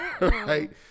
Right